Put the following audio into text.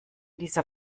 dieser